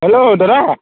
hello দাদা